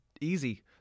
easy